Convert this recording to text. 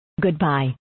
Goodbye